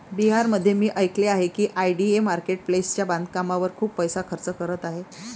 बिहारमध्ये मी ऐकले आहे की आय.डी.ए मार्केट प्लेसच्या बांधकामावर खूप पैसा खर्च करत आहे